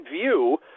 view